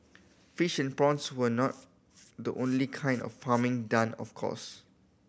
fish and prawns were not the only kind of farming done of course